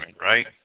right